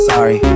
Sorry